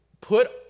put